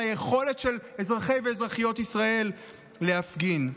על היכולת של אזרחי ואזרחיות ישראל להפגין.